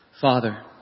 Father